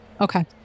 Okay